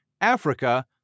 Africa